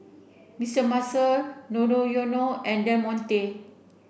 Mister Muscle Monoyono and Del Monte